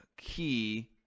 key